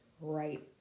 right